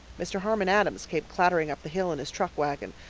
mr. harmon andrews came clattering up the hill in his truck wagon,